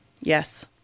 yes